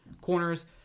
corners